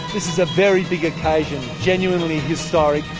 this is a very big occasion, genuinely historic,